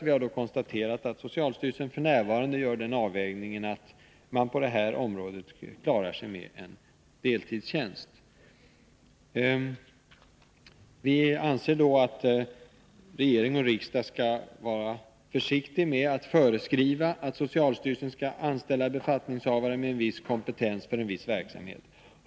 Vi har då konstaterat att socialstyrelsen f. n. gör den avvägningen att man på det här området klarar sig med en deltidstjänst. Vi anser att regering och riksdag skall vara försiktiga med att föreskriva att socialstyrelsen skall anställa befattningshavare med en viss kompetens för en viss verksamhet.